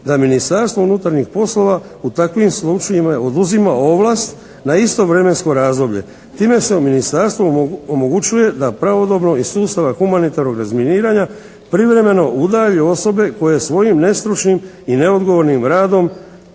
da Ministarstvo unutarnjih poslova u takvim slučajevima oduzima ovlast na isto vremensko razdoblje. Time se ministarstvu omogućuje da pravodobno iz sustava humanitarnog razminiranja privremeno udalji osobe koje svojim nestručnim i neodgovornim radom